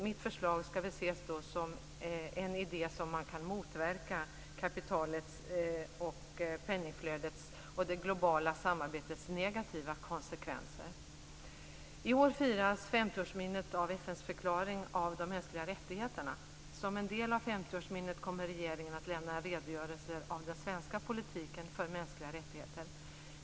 Mitt förslag skall ses som en idé om hur man kan motverka kapitalets, penningflödets och det globala samarbetets negativa konsekvenser. I år firas 50-årsminnet av FN:s förklaring om de mänskliga rättigheterna. Som en del av 50-årsminnet kommer regeringen att lämna redogörelser av den svenska politiken för mänskliga rättigheter.